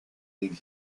league